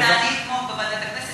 אז ועדת הכנסת